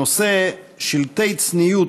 הנושא: "שלטי צניעות"